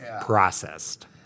processed